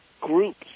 groups